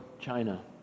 China